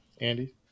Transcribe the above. Andy